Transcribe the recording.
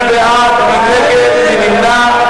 מי בעד, מי נגד, מי נמנע?